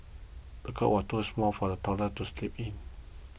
the cot was too small for the toddler to sleep in